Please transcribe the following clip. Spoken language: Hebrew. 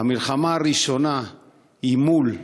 המלחמה הראשונה היא מול הטרור,